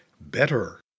better